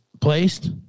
placed